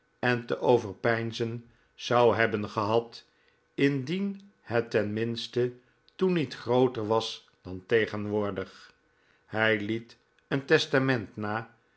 en te overpeinzen zou hebben gehad indien het ten minste toen niet grooter was dan tegenwoordig hij liet een testament na